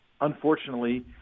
unfortunately